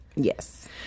Yes